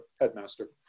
headmaster